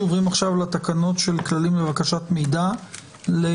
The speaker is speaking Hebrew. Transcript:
אנחנו עוברים עכשיו לתקנות של כללים לבקשת מידע למח"ש.